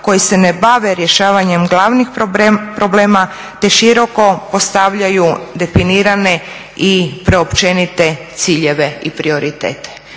koji se ne bave rješavanjem glavnih problema, te široko postavljaju definirane i preopćenite ciljeve i prioritete.